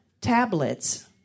tablets